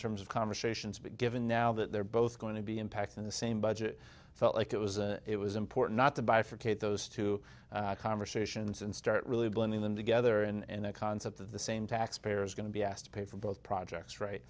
terms of conversations but given now that they're both going to be impacting the same budget felt like it was it was import not to bifurcate those two conversations and start really blending them together and the concept of the same taxpayers going to be asked to pay for both projects right